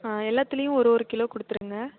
ஆ எல்லாத்திலேயும் ஒரு ஒரு கிலோ கொடுத்துடுங்க